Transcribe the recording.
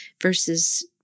versus